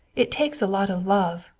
it takes a lot of love,